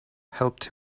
helped